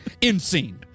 Insane